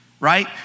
Right